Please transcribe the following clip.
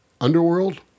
Underworld